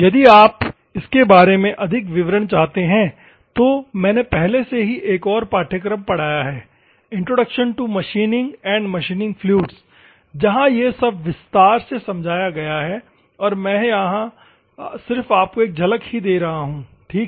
यदि आप इसके बारे में अधिक विवरण चाहते हैं तो मैंने पहले से ही एक और पाठ्यक्रम पढ़ाया है introduction to machining and machining fluids जहां यह सब विस्तार से समझाया गया है और मैं यहां सिर्फ आपको एक झलक ही दे रहा हूं ठीक है